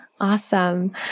awesome